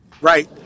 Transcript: Right